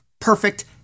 perfect